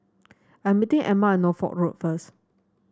I am meeting Emma at Norfolk Road first